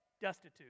destitute